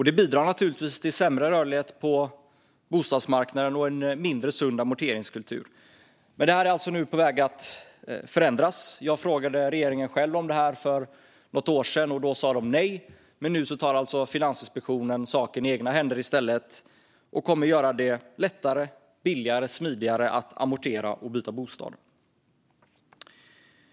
Det bidrar naturligtvis till sämre rörlighet på bostadsmarknaden och en mindre sund amorteringskultur. Men detta är nu på väg att förändras. Jag frågade regeringen om det här för något år sedan. Då sa man nej, men nu tar Finansinspektionen saken i egna händer och kommer att göra det lättare, billigare och smidigare att amortera och byta bostad.